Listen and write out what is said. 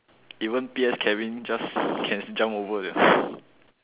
even P_S Kevin just can jump over sia